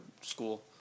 school